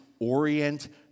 orient